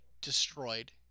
destroyed